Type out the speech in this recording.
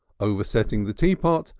oversetting the teapot,